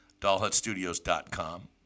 Dollhutstudios.com